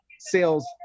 sales